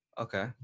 Okay